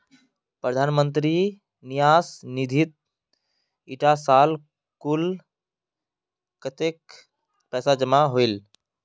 प्रधानमंत्री न्यास निधित इटा साल कुल कत्तेक पैसा जमा होइए?